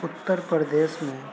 اتّر پردیش میں